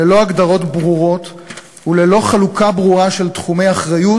ללא הגדרות ברורות וללא חלוקה ברורה של תחומי אחריות,